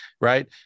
Right